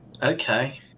okay